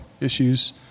issues